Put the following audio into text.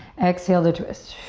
exhale to twist.